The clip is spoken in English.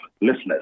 listeners